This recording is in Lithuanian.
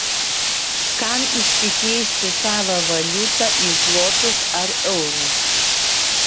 kam išsikeisti savą valiutą į zlotus ar eurus